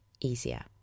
easier